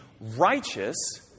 righteous